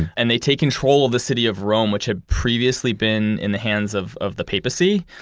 and they take control of the city of rome, which had previously been in the hands of of the papacy.